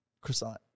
Croissant